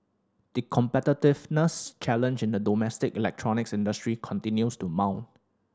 the competitiveness challenge in the domestic electronics industry continues to mount